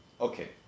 Okay